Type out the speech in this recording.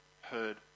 heard